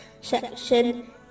section